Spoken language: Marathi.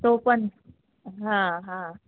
तो पण हां हां